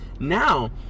Now